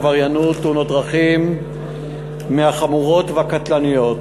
העבריינות ותאונות הדרכים החמורות והקטלניות.